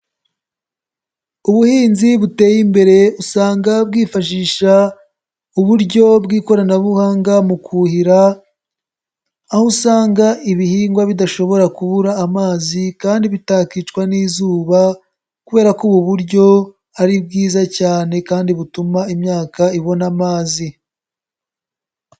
Ubuhinzi buteye imbere usanga bwifashisha uburyo bw'ikoranabuhanga mu kuhira. Aho usanga ibihingwa bidashobora kubura amazi kandi bitakicwa n'izuba kubera ko ubu buryo ari bwiza cyane kandi butuma imyaka ibona amazi.